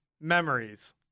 memories